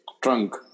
trunk